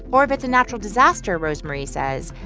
or if it's a natural disaster, rosemarie says,